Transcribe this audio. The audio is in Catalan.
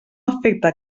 afecta